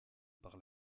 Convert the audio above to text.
par